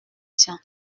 tian